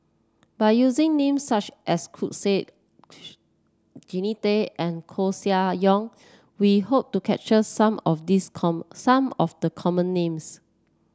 by using names such as Said Jannie Tay and Koeh Sia Yong we hope to capture some of these common some of the common names